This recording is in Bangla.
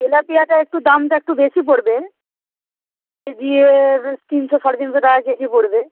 তেলাপিয়াটা একটু দামটা একটু বেশি পড়বে দিয়ে তিনশো সাড়ে তিনশো টাকা কেজি পড়বে